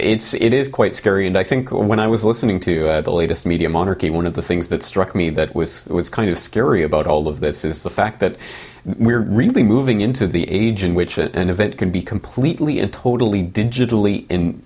mean it is quite scary and i think when i was listening to the latest media monarchy one of the things that struck me that was kind of scary about all of this is the fact that we're really moving into the age in which an event can be completely and totally digitally